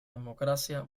democracia